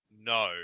No